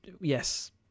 Yes